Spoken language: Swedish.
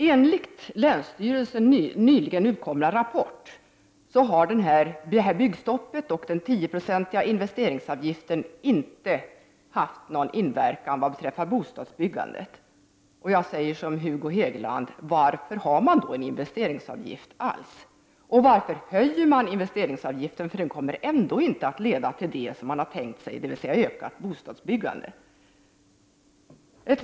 Enligt länsstyrelsens nyligen utkomna rapport har byggstoppet och den 10-procentiga investeringsavgiften inte haft någon inverkan på bostadsbyggandet. Jag säger som Hugo Hegeland: Varför har man då en investeringsavgift? Varför höjer man investeringsavgiften? Den kommer ändå inte att leda till det man tänkt sig, dvs. ett ökat bostadsbyggande.